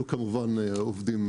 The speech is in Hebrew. אנחנו עובדים,